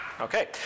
Okay